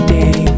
day